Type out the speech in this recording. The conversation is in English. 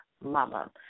Mama